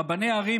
"רבני ערים",